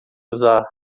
usar